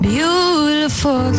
Beautiful